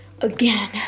again